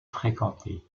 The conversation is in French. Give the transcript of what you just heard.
fréquentées